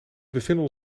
bevinden